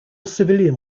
civilian